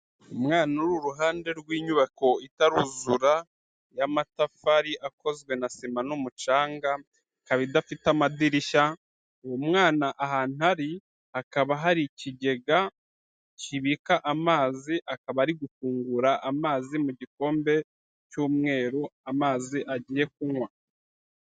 Umwana uri iruhande rw'inyubako itaruzura, y'amatafari akozwe na sima n'umucanga, ikaba idafite amadirishya, uwo mwana ahantu ari hakaba hari ikigega kibika amazi, akaba ari gufungura amazi mu gikombe cy'umweru amazi agiye kunywa.